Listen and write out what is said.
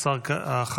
בבקשה.